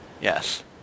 Yes